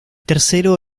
tercero